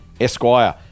Esquire